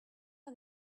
are